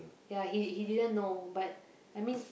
ya he he didn't know but I mean